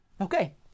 Okay